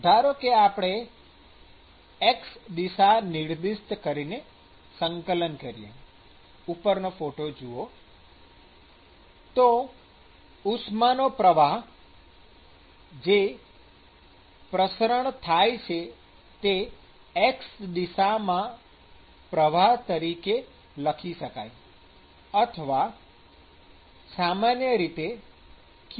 ધારો કે આપણે x દિશા નિર્દિષ્ટ કરીને સંકલન કરીએ ઉપરનો ફોટો જુઓ તો ઉષ્માનો પ્રવાહ જે પ્રસરણ થાય છે તે x દિશામાંના પ્રવાહ તરીકે લખી શકાય છે અથવા સામાન્ય રીતે qx